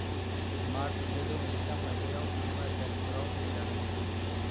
March जिद'जौ नैजिथाम मायथाइयाव बिथाङा बिलाचपुराव फेजेनजादोंमोन